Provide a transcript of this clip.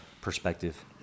perspective